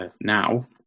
now